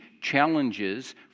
challenges